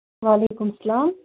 وعلیکُم السلام